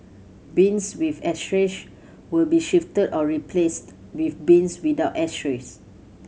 bins with ashtrays will be shifted or replaced with bins without ashtrays